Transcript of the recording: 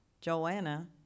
Joanna